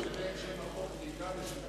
תשנה את שם החוק: